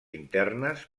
internes